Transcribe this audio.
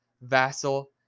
Vassal